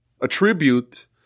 attribute